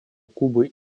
кубой